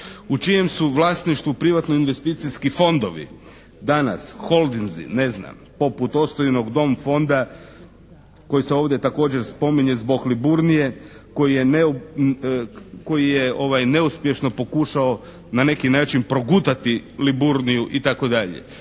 U čijem su vlasništvu privatno investicijski fondovi? Danas holdinzi, ne znam, poput … /Govornik se ne razumije./ … «Dom» fonda koji se ovdje također spominje zbog Liburnije, koji je neuspješno pokušao na neki način progutati Liburniju i